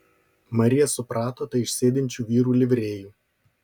marija suprato tai iš sėdinčių vyrų livrėjų